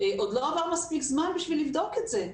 עוד לא עבר מספיק זמן בשביל לבדוק את זה.